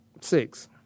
six